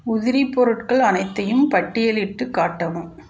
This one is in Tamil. உதிரிப் பொருட்கள் அனைத்தையும் பட்டியலிட்டுக் காட்டவும்